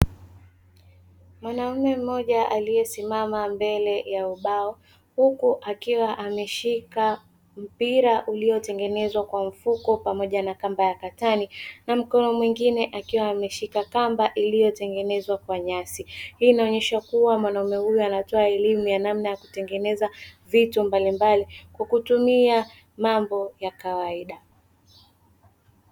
Mwanaume mmoja aliyesimama mbele ya ubao huku akiwa ameshika mpira uliotengenezwa kwa mfuko pamoja na kamba ya katani na mkono mwingine akiwa ameshika kamba iliyotengenezwa kwa nyasi, hii inaonesha kuwa mwanaume huyu anatoa elimu ya namna ya kutengeneza vitu mbalimbali kwa kutumia mambo ya kawaida.